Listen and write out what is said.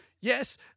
Yes